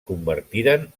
convertiren